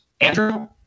Andrew